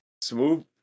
Smooth